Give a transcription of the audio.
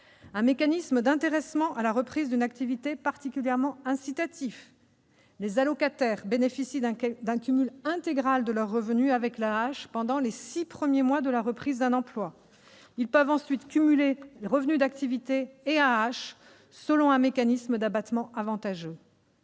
un mécanisme d'intéressement à la reprise d'une activité particulièrement incitatif : les allocataires bénéficient d'un cumul intégral de leurs revenus avec l'AAH pendant les six premiers mois de la reprise d'un emploi ; ils peuvent ensuite cumuler revenus d'activité et AAH selon un mécanisme d'abattement avantageux.